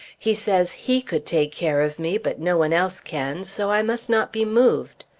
he says he could take care of me, but no one else can, so i must not be moved.